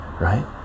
right